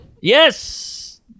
Yes